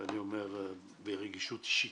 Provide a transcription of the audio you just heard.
ברגישות אישית.